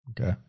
Okay